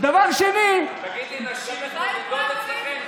דבר שני, תגיד לי, נשים מתמודדות אצלכם?